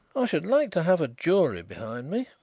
i should like to have a jury behind me.